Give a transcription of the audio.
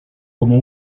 como